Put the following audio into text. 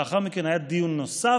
לאחר מכן היה דיון נוסף.